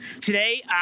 Today